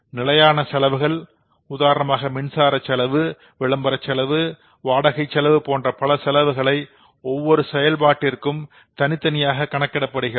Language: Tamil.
நிலையான செலவுகள் உதாரணமாக மின்சாரச் செலவு விளம்பரச் செலவு வாடகைச் செலவு போன்ற பல செலவுகளை ஒவ்வொரு செயல்பாட்டிற்கும் தனித்தனியாக கணக்கிடப்படுகிறது